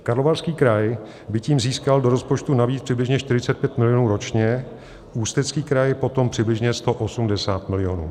Karlovarský kraj by tím získal do rozpočtu navíc přibližně 45 milionů ročně, Ústecký kraj potom přibližně 180 milionů.